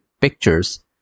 pictures